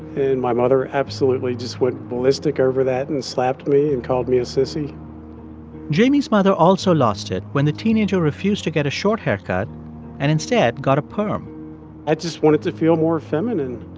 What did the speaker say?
and my mother absolutely just went ballistic over that, and slapped me and called me a sissy jamie's mother also lost it when the teenager refused to get a short haircut and instead got a perm i just wanted to feel more feminine